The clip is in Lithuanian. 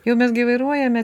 jau mes gi vairuojame